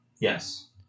Yes